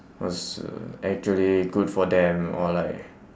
what's uh actually good for them or like